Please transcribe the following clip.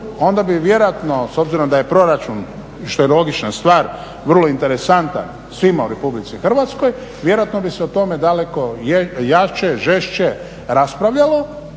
onda bi vjerojatno s obzirom da je proračun što je logična stvar vrlo interesantan svima u RH, vjerojatno bi se o tome daleko jače, žešće raspravljalo